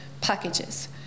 packages